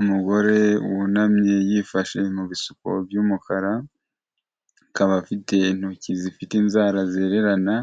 Umugore wunamye yifashe mu bisuko by'umukara, akaba afite intoki zifite inzara zererana,